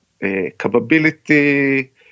capability